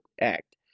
act